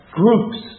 groups